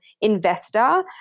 investor